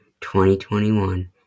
2021